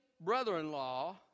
brother-in-law